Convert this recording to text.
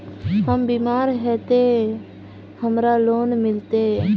हम बीमार है ते हमरा लोन मिलते?